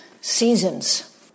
seasons